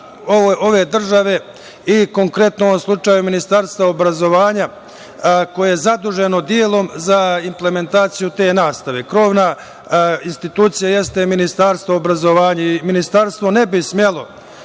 ove države i konkretno u ovom slučaju Ministarstva obrazovanja koje je zaduženo delom za implementaciju te nastave. Krovna institucija jeste Ministarstvo obrazovanja. Ministarstvo ne bi smelo